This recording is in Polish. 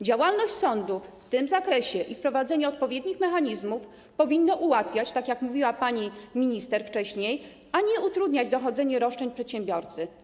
Działalność sądów w tym zakresie i wprowadzenie odpowiednich mechanizmów powinny ułatwiać, tak jak mówiła pani minister wcześniej, a nie utrudniać dochodzenie roszczeń przedsiębiorcy.